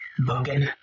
Bogan